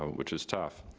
which is tough.